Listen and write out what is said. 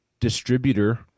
distributor